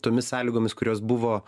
tomis sąlygomis kurios buvo